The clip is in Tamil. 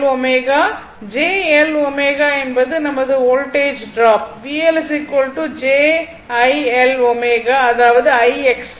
j L ω என்பது நமது voltage drop VL j I L ω அதாவது I XL